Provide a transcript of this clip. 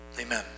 Amen